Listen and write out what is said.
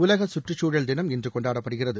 உலக குற்றுச்சூழல் தினம் இன்று கொண்டாடப்படுகிறது